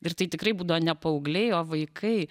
ir tai tikrai būdavo ne paaugliai o vaikai